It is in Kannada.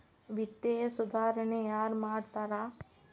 ವಿತ್ತೇಯ ಸುಧಾರಣೆ ಯಾರ್ ಮಾಡ್ತಾರಾ